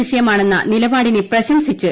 വിഷയമാണെന്ന നിലപാടിനെ പ്രിശ്രംസിച്ച് യു